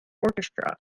orchestra